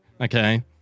Okay